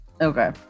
Okay